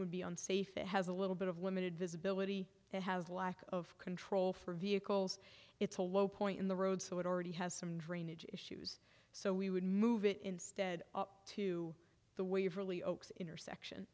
would be unsafe it has a little bit of limited visibility it has a lack of control for vehicles it's a low point in the road so it already has some drainage issues so we would move it instead to the waverley oaks inters